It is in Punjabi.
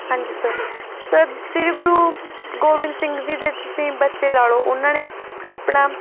ਹਾਂਜੀ ਸਰ ਸਰ ਸ੍ਰੀ ਗੁਰੂ ਗੋਬਿੰਦ ਸਿੰਘ ਜੀ ਦੇ ਤੁਸੀਂ ਬੱਚੇ ਲਾ ਲਉ ਉਹਨਾਂ ਨੇ ਆਪਣਾ